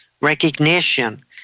recognition